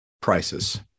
prices